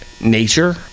nature